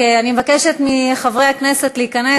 אני מבקשת מחברי הכנסת להיכנס.